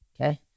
Okay